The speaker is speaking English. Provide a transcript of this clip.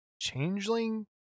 changeling